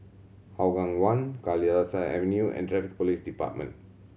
Hougang One Kalidasa Avenue and Traffic Police Department